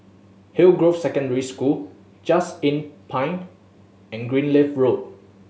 Hillgrove Secondary School Just Inn Pine and Greenleaf Road